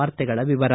ವಾರ್ತೆಗಳ ವಿವರ